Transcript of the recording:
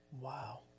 Wow